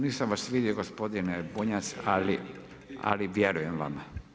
Nisam vas vidio gospodine Bunjac, ali vjerujem vam.